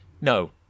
No